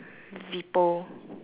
people